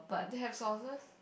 they have sauces